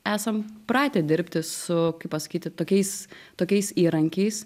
esam pratę dirbti su pasakyti tokiais tokiais įrankiais